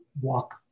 walk